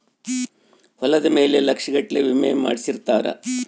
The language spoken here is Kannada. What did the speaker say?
ಹೊಲದ ಮೇಲೆ ಲಕ್ಷ ಗಟ್ಲೇ ವಿಮೆ ಮಾಡ್ಸಿರ್ತಾರ